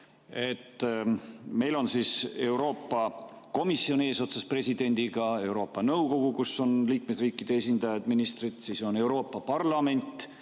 Meil on Euroopa Komisjon eesotsas presidendiga, Euroopa Nõukogu, kus on liikmesriikide esindajad, ministrid, siis on Euroopa Parlament